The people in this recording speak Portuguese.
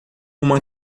uma